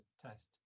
test